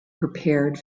prepared